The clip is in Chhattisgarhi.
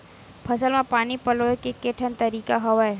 फसल म पानी पलोय के केठन तरीका हवय?